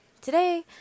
today